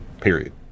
Period